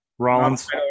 Rollins